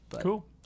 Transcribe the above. Cool